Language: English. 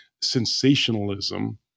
sensationalism